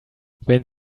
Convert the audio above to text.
wenn